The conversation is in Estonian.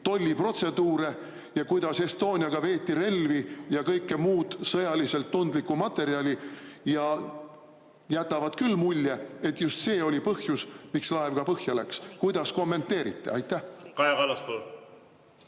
tolliprotseduure ja kuidas Estoniaga veeti relvi ja kõike muud sõjaliselt tundlikku materjali, ja jätavad küll mulje, et just see oli põhjus, miks laev põhja läks. Kuidas kommenteerite? No